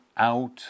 out